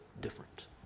different